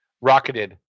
Rocketed